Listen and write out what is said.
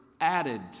added